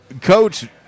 Coach